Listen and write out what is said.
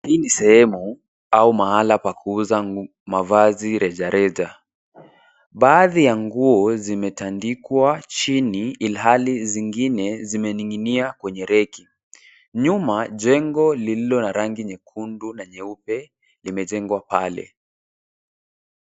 Hii ni sehemu au mahala ya kuuza mavazi rejareja. Baadhi ya nguo zimetandikwa chini ilihali zingine zime ning'inia kwenye reki. Nyuma jengo lililo na rangi nyekundu na nyeupe limejengwa pale.